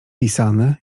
pisane